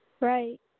Right